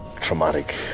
traumatic